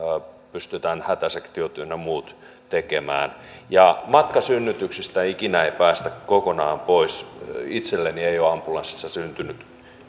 pystytään hätäsektiot ynnä muut tekemään ja matkasynnytyksistä ei ikinä päästä kokonaan pois itselleni ei ole ambulanssissa syntynyt